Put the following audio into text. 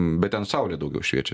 bet ten saulė daugiau šviečia